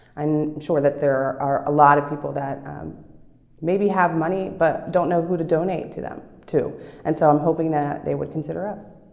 i'm sure that there are a lot of people that maybe have money but don't know who to donate to them to and so i'm hoping that they would consider us